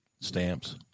stamps